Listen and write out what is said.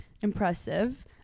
impressive